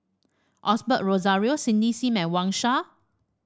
Osbert Rozario Cindy Sim and Wang Sha